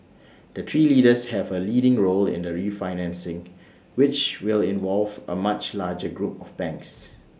the three leaders have A leading role in the refinancing which will involve A much larger group of banks